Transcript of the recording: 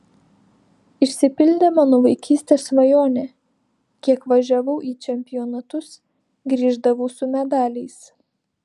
išsipildė mano vaikystės svajonė kiek važiavau į čempionatus grįždavau su medaliais